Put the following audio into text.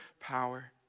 power